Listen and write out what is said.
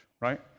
right